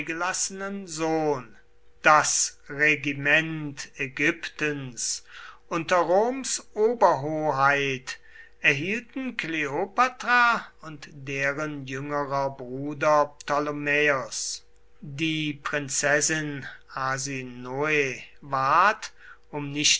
sohn das regiment ägyptens unter roms oberhoheit erhielten kleopatra und deren jüngerer bruder ptolemaeos die prinzessin arsinoe ward um nicht